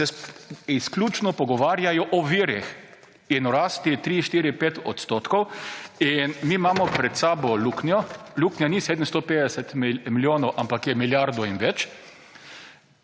se izključno pogovarjajo o virih in o rasti, 3, 4, 5 %. In mi imamo pred seboj luknjo. Luknja ni 750 milijonov, ampak je milijadi in več.